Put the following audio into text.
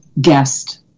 guest